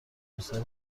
روسر